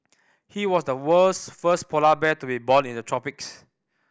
he was the world's first polar bear to be born in the tropics